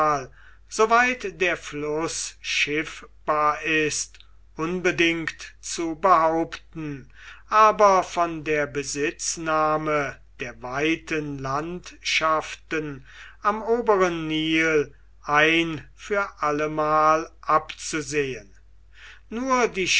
der fluß schiffbar ist unbedingt zu behaupten aber von der besitznahme der weiten landschaften am oberen nil ein für allemal abzusehen nur die